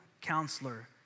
Counselor